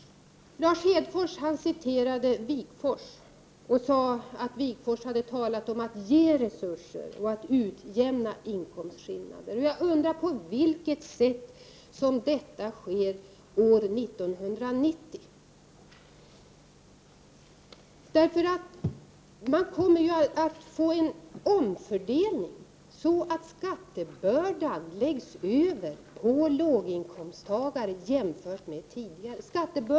Lars Hedfors citerade Wigforss och sade att Wigforss hade talat om att ge resurser och att utjämna inkomstskillnader. Jag undrar på vilket sätt som detta sker år 1990. Det kommer ju att bli en omfördelning, så att skattebördan läggs över på låginkomsttagare, jämfört med tidigare.